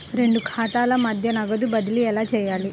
రెండు ఖాతాల మధ్య నగదు బదిలీ ఎలా చేయాలి?